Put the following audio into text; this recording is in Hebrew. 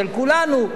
של כולנו,